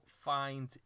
find